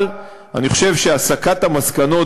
אבל אני חושב שהסקת המסקנות,